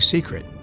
Secret